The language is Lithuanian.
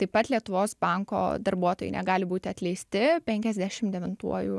taip pat lietuvos banko darbuotojai negali būti atleisti penkiasdešim devintuoju